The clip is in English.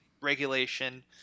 regulation